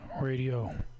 Radio